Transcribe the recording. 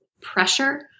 pressure